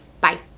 bye